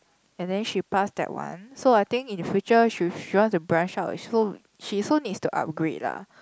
and then she passed that one so I think in future she she want to branch out also she also needs to upgrade lah